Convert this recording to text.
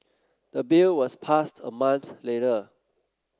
the bill was passed a month later